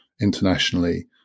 internationally